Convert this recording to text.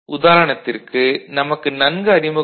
உதாரணத்திற்கு நமக்கு நன்கு அறிமுகமான Fxy x x'